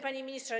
Panie Ministrze!